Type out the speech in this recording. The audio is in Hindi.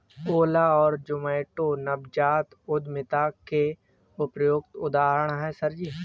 ओला और जोमैटो नवजात उद्यमिता के उपयुक्त उदाहरण है सर जी